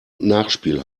nachspiel